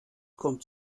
kommt